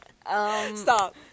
Stop